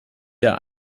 der